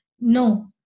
No